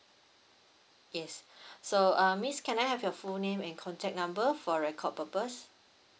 yes so uh miss can I have your full name and contact number for record purpose